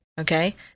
Okay